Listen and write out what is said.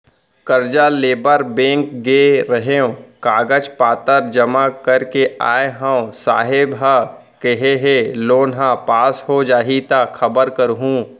करजा लेबर बेंक गे रेहेंव, कागज पतर जमा कर के आय हँव, साहेब ह केहे हे लोन ह पास हो जाही त खबर करहूँ